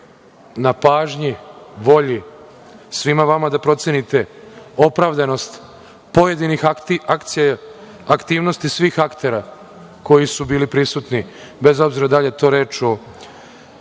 na pažnji, volji svima vama da procenite opravdanost pojedinih aktivnosti svih aktera koji su bili prisutni, bez obzira da li je to reč